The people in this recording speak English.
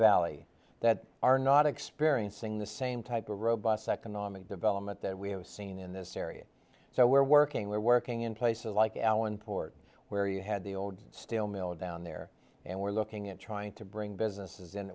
valley that are not experiencing the same type of robust economic development that we have seen in this area so we're working we're working in places like allen port where you had the old steel mill down there and we're looking at trying to bring businesses